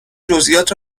جزییات